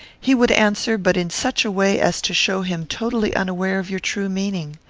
he would answer, but in such a way as to show him totally unaware of your true meaning.